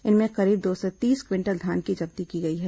इनमें करीब दो सौ तीस क्विटल धान की जब्ती की गई है